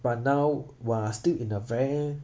but now we're still in a very